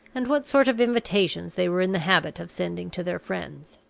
and what sort of invitations they were in the habit of sending to their friends.